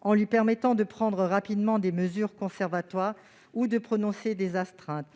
pourra prendre rapidement des mesures conservatoires ou prononcer des astreintes,